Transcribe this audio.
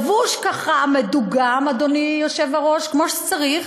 לבוש ככה מדוגם, אדוני היושב-ראש, כמו שצריך,